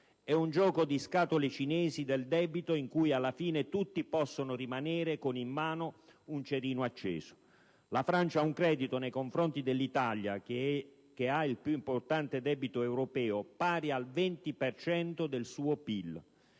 È un gioco di scatole cinesi del debito in cui alla fine tutti possono rimanere con in mano un cerino accesso. La Francia ha un credito verso l'Italia, che ha il più importante debito europeo, pari al 20 per cento del suo PIL.